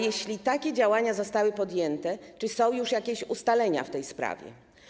Jeśli takie działania zostały podjęte, to czy są już jakieś ustalenia w tej sprawie?